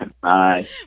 Bye